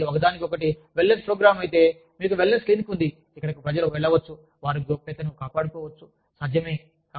ఒకవేళ ఇది ఒకదానికొకటి వెల్నెస్ ప్రోగ్రామ్ అయితే మీకు వెల్నెస్ క్లినిక్ ఉంది ఇక్కడకు ప్రజలు వెళ్ళవచ్చు వారు గోప్యతను కాపాడుకోవచ్చు సాధ్యమే